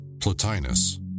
Plotinus